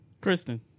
Kristen